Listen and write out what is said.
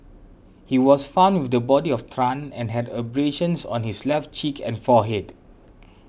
he was found with the body of Tran and had abrasions on his left cheek and forehead